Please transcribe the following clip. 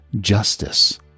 justice